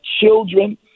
children